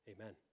Amen